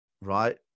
right